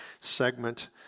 segment